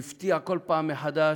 והוא הפתיע כל פעם מחדש,